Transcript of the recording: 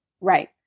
Right